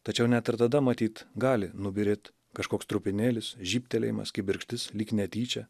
tačiau net ir tada matyt gali nubyrėt kažkoks trupinėlis žybtelėjimas kibirkštis lyg netyčia